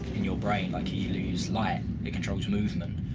in your brain, like you lose light. it controls movement,